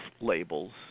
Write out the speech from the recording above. labels